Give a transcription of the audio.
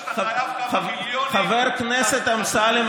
חבר הכנסת אמסלם,